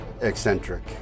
eccentric